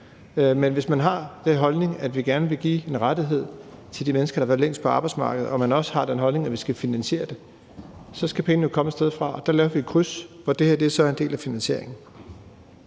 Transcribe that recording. men hvis man har den holdning, at man gerne vil give en rettighed til de mennesker, der har været længst på arbejdsmarkedet, og hvis man også har den holdning, at det skal finansieres, så skal pengene jo komme et sted fra. Og der lavede vi et kryds, hvor det her så er en del af finansieringen.